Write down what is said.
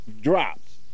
drops